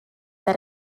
that